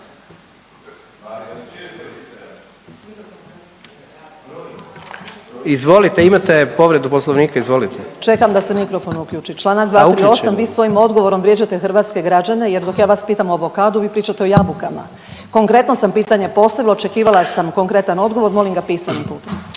…/Upadica predsjednik: Pa uključen je/…. Čl. 238., vi svojim odgovorom vrijeđate hrvatske građane jer dok ja vas pitam o avokadu vi pričate o jabukama. Konkretno sam pitanje postavila, očekivala sam konkretan odgovor, molim ga pisanim putem.